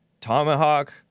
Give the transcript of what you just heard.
Tomahawk